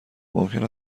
ممکن